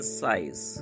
size